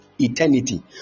Eternity